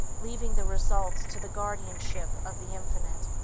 leaving the results to the guardianship of the infinite.